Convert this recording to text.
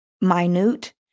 minute